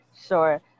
Sure